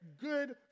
good